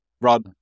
Rod